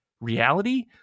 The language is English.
reality